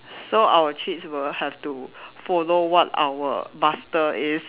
so our treats will have to follow what our master is